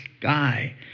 guy